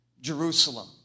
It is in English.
jerusalem